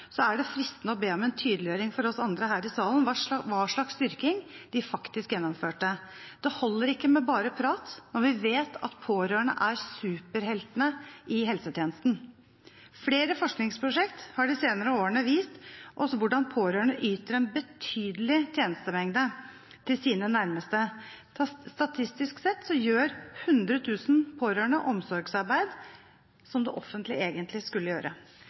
er det fristende å be om en tydeliggjøring for oss andre her i salen av hva slags styrking de faktisk gjennomførte. Det holder ikke bare med prat når vi vet at pårørende er superheltene i helsetjenesten. Flere forskningsprosjekt har de senere årene vist oss hvordan pårørende yter en betydelig tjenestemengde til sine nærmeste. Statistisk sett gjør 100 000 pårørende omsorgsarbeid som det offentlige egentlig skulle gjøre.